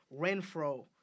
Renfro